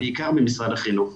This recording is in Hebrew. בעיקר ממשרד החינוך.